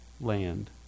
land